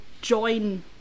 join